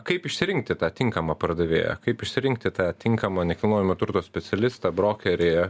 kaip išsirinkti tą tinkamą pardavėją kaip išsirinkti tą tinkamą nekilnojamo turto specialistą brokerį